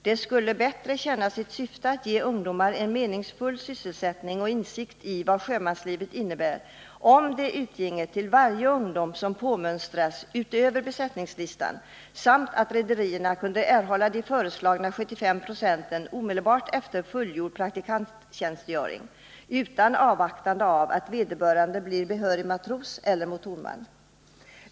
Det skulle bättre tjäna sitt syfte att ge ungdomar en meningsfull sysselsättning och insyn i vad sjömanslivet innebär, om det utginge till varje ungdom som påmönstras utöver besättningslistan samt om rederierna kunde erhålla de förslagna 75 procenten omedelbart efter fullgjord praktikanttjänstgöring utan avvaktande av att vederbörande blir behörig matros eller motorman.